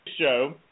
show